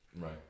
right